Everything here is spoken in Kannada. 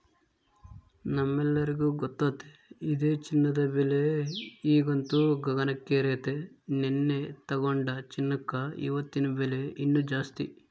ನಮ್ಮೆಲ್ಲರಿಗೂ ಗೊತ್ತತೆ ಇದೆ ಚಿನ್ನದ ಬೆಲೆ ಈಗಂತೂ ಗಗನಕ್ಕೇರೆತೆ, ನೆನ್ನೆ ತೆಗೆದುಕೊಂಡ ಚಿನ್ನಕ ಇವತ್ತಿನ ಬೆಲೆ ಇನ್ನು ಜಾಸ್ತಿ